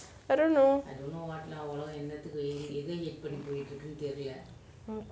I don't know